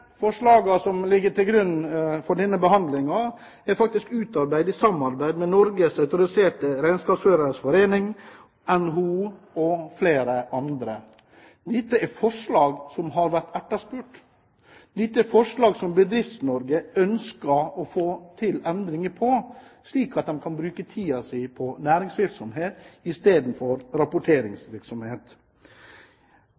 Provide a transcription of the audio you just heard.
som ligger til grunn for denne behandlingen, er utarbeidet i samarbeid med Norges Autoriserte Regnskapsføreres Forening, NHO og flere andre. Dette er forslag som har vært etterspurt, dette er forslag der Bedrifts-Norge ønsker å få til endringer, slik at de kan bruke tiden sin på næringsvirksomhet istedenfor